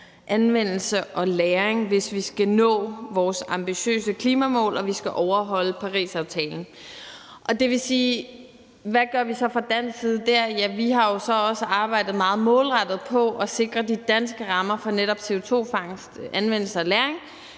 -anvendelse og -lagring, hvis vi skal nå vores ambitiøse klimamål og overholde Parisaftalen. Hvad gør vi så fra dansk side dér? Ja, vi har jo så også arbejdet meget målrettet på at sikre de danske rammer for netop CO2-fangst, -anvendelse og -lagring.